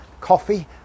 coffee